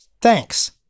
thanks